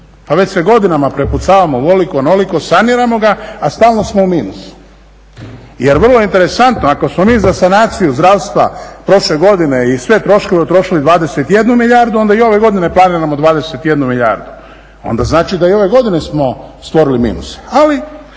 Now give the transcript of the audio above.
Pa već se godinama prepucavamo ovoliko, onoliko. Saniramo ga, a stalno smo u minusu. Jer vrlo je interesantno, ako smo mi za sanaciju zdravstva prošle godine i sve troškove utrošili 21 milijardu onda i ove godine planiramo 21 milijardu. Onda znači da i ove godine smo stvorili minuse. Ali,